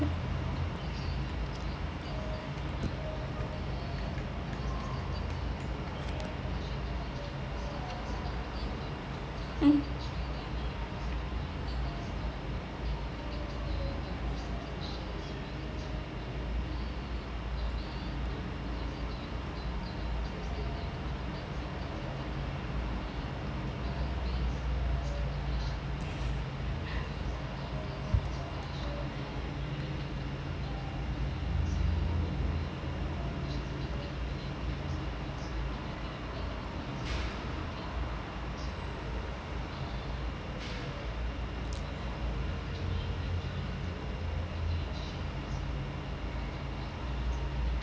mm